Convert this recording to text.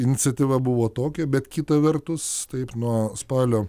iniciatyva buvo tokia bet kita vertus taip nuo spalio